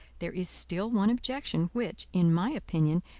there is still one objection which, in my opinion,